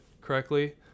correctly